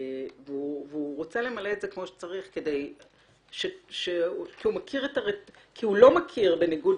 והוא רוצה למלא כמו שצריך כי הוא לא מכיר בניגוד